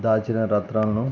దాచిన రత్నాలను